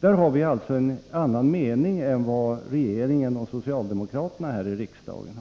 Där har vi alltså en annan mening än regeringen och socialdemokraterna här i riksdagen.